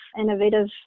innovative